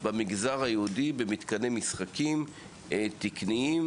במתקני משחקים תקניים,